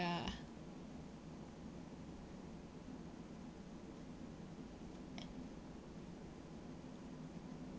ya